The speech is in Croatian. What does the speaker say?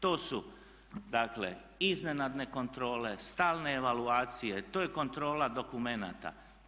To su dakle iznenadne kontrole, stalne evaluacije, to je kontrola dokumenata.